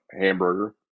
hamburger